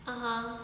(uh huh)